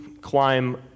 climb